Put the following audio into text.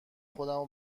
خودمو